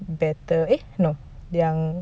better eh no their